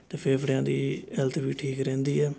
ਅਤੇ ਫੇਫੜਿਆਂ ਦੀ ਹੈਲਥ ਵੀ ਠੀਕ ਰਹਿੰਦੀ ਹੈ